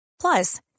Plus